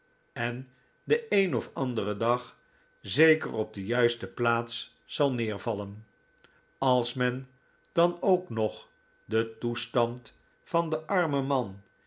en den een of anderen dag zeker op de juiste plaats zal neervallen als men dan ook nog den toestand van den armen man